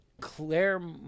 Claire